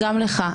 גם לך.